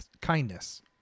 kindness